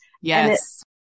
Yes